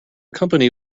company